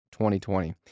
2020